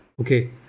okay